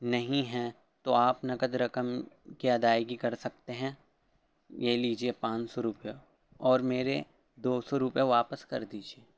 نہیں ہیں تو آپ نقد رقم کی ادائیگی کر سکتے ہیں یہ لیجیے پانچ سو روپے اور میرے دو سو روپے واپس کر دیجیے